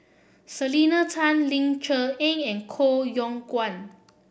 Selena Tan Ling Cher Eng and Koh Yong Guan